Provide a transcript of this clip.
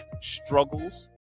struggles